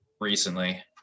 recently